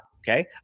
okay